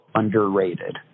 underrated